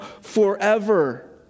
forever